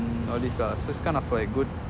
mm all these lah so it's kind of like good